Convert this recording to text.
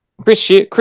Chris